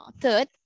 third